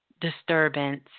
disturbance